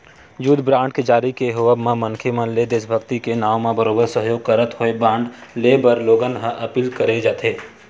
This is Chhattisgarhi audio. युद्ध बांड के जारी के होवब म मनखे मन ले देसभक्ति के नांव म बरोबर सहयोग करत होय बांड लेय बर लोगन ल अपील करे जाथे